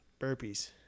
burpees